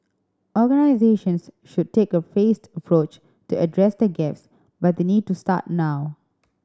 organisations should take a phased approach to address the gaps but they need to start now